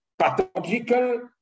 pathological